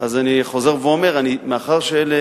אז אני חוזר ואומר, מאחר שאלה